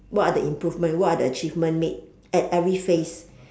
what are the improvement what are the achievement made at every phase